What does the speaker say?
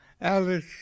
Alice